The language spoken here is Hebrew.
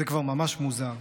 זה כבר ממש מוזר.